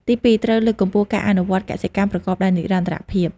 ទីពីរ ត្រូវលើកកម្ពស់ការអនុវត្តកសិកម្មប្រកបដោយនិរន្តរភាព។